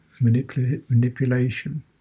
manipulation